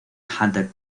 hunter